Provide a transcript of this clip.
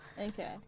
Okay